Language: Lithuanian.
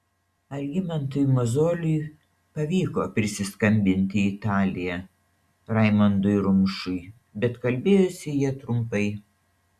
algimantui mozoliui pavyko prisiskambinti į italiją raimondui rumšui bet kalbėjosi jie trumpai